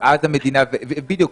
בדיוק.